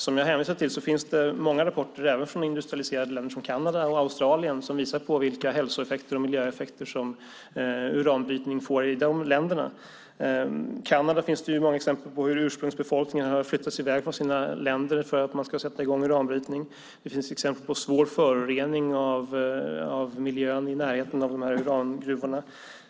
Som jag hänvisade till finns det många rapporter även från industrialiserade länder som Kanada och Australien som visar på vilka hälsoeffekter och miljöeffekter uranbrytning får i dessa länder. I Kanada finns det många exempel på hur ursprungsbefolkningen har flyttats från sina marker för att man ska sätta i gång uranbrytning. Det finns exempel på svår förorening av miljön i närheten av dessa urangruvor.